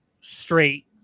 straight